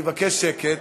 אני מבקש שקט.